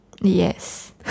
Yes